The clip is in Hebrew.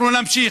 אנחנו נמשיך.